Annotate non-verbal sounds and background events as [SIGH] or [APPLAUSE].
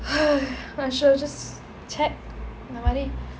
[NOISE] I should have just chat இந்த மாறி:intha maari